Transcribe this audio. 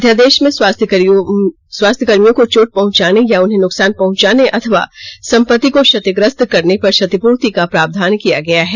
अध्यादेश में स्वास्थ्यकर्मियों को चोट पहुंचाने या उन्हें नुकसान पहंचाने अथवा संपत्ति को क्षतिग्रस्त करने पर क्षतिपूर्ति का प्रावधान किया गया है